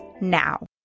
now